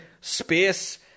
space